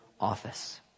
office